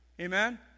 Amen